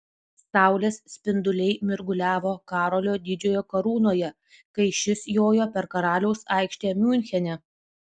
saulės spinduliai mirguliavo karolio didžiojo karūnoje kai šis jojo per karaliaus aikštę miunchene